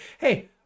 hey